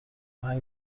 زنگ